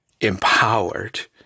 empowered